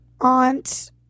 aunt